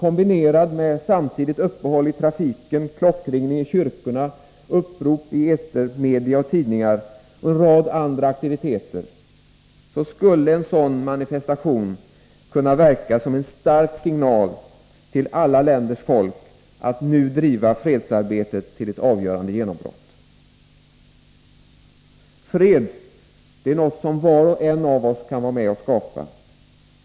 Kombinerad med samtidigt uppehåll i trafiken, klockringning i kyrkorna, upprop i etermedia och tidningar och en rad andra aktiviteter skulle en sådan manifestation kunna verka som en stark signal till alla länders folk att nu driva fredsarbetet till ett avgörande genombrott. Fred är något som var och en av oss kan vara med och skapa.